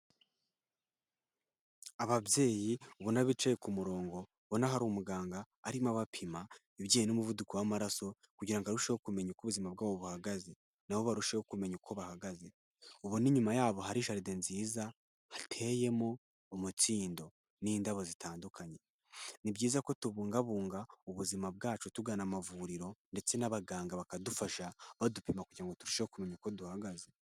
Ababyeyi ubona bicaye ku murongo. Ubona hari umuganga arimo abapima ibijyanye n'umuvuduko w'amaraso kugira ngo arusheho kumenya uko ubuzima bwabo buhagaze, na bo barusheho kumenya uko bahagaze. Ubona inyuma yabo hari jardin nziza. Hateyemo umukindo n'indabo zitandukanye. Ni byiza ko tubungabunga ubuzima bwacu tugana amavuriro, ndetse n'abaganga bakadufasha badupima kugira ngo turusheho kumenya uko duhagaze.